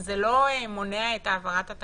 כי הן עבדו יחד עם